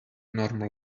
normal